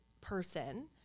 person